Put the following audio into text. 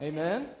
Amen